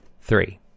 three